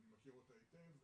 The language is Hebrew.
אני מכיר אותה היטב,